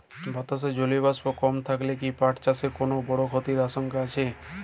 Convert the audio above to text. বাতাসে জলীয় বাষ্প কম থাকলে কি পাট চাষে কোনো বড় ক্ষতির আশঙ্কা আছে?